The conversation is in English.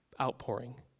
outpouring